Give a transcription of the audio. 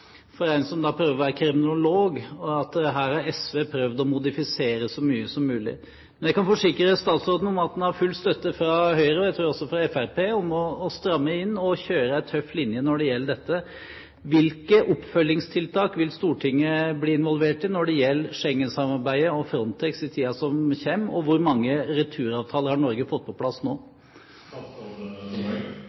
for en som prøver å være kriminolog, at her har SV prøvd å modifisere så mye som mulig. Men jeg kan forsikre statsråden om at han har full støtte fra Høyre, og jeg tror også fra Fremskrittspartiet, for å stramme inn og kjøre en tøff linje når det gjelder dette. Hvilke oppfølgingstiltak vil Stortinget bli involvert i når det gjelder Schengensamarbeidet og Frontex i tiden som kommer? Og hvor mange returavtaler har Norge fått på plass nå?